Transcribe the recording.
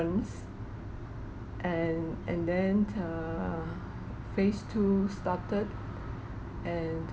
and and then err phase two started and